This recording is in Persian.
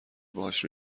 باهاش